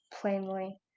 plainly